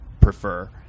prefer